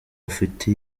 ufite